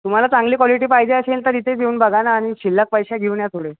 तुम्हाला चांगली कॉलिटी पाहिजे असेल तर इथेच येऊन बघा ना आणि शिल्लक पैसे घेऊन या थोडे